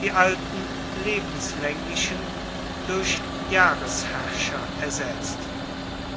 die alten lebenslaenglichen durch jahresherrscher ersetzt